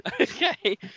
okay